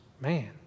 Man